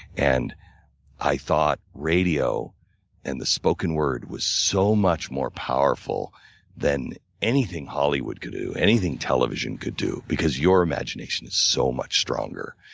and i thought radio and the spoken word was so much more powerful than anything hollywood could do, anything television could do because your imagination is so much stronger.